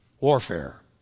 Warfare